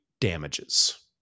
damages